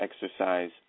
exercise